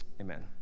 Amen